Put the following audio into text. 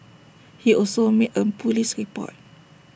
he also made A Police report